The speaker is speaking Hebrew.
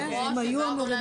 כן, הם היו אמורים להיות.